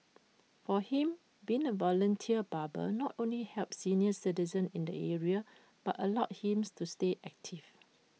for him being A volunteer barber not only helps senior citizens in the area but allows him to stay active